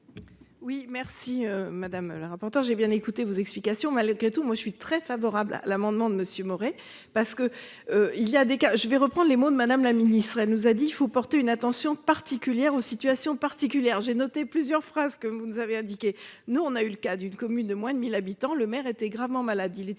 Oui merci madame la rapporteur, j'ai bien écouté vos explications malgré tout moi je suis très favorable à l'amendement de Monsieur Maurer parce que. Il y a des cas je vais reprendre les mots de madame la ministre, elle nous a dit il faut porter une attention particulière aux situations particulières. J'ai noté plusieurs phrases que vous nous avez indiqué nous on a eu le cas d'une commune de moins de 1000 habitants, le maire était gravement malade,